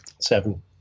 seven